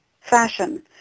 fashion